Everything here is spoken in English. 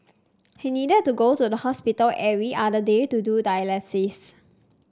he needed to go to the hospital every other day to do dialysis